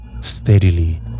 steadily